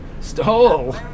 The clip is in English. Stole